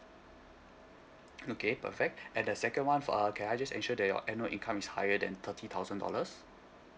okay perfect and the second [one] err can I just ensure that your annual income is higher than thirty thousand dollars